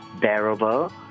bearable